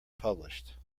published